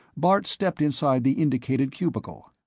bart stepped inside the indicated cubicle.